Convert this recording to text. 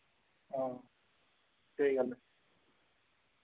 हां स्हेई गल्ल ऐ